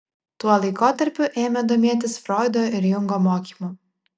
tuo laikotarpiu ėmė domėtis froido ir jungo mokymu